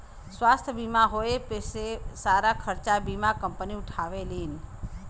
स्वास्थ्य बीमा होए पे सारा खरचा बीमा कम्पनी उठावेलीन